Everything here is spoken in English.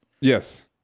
yes